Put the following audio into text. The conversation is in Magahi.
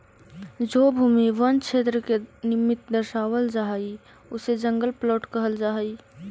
जो भूमि वन क्षेत्र के निमित्त दर्शावल जा हई उसे जंगल प्लॉट कहल जा हई